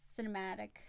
cinematic